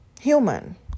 human